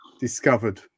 discovered